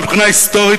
מבחינה היסטורית,